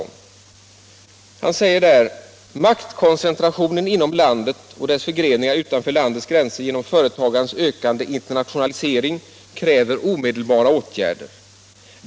Olof Johansson säger där: ”—-—-—- maktkoncentrationen inom landet och dess förgreningar utanför landets gränser genom företagandets ökande internationalisering kräver omedelbara åtgärder.